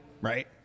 Right